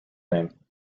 name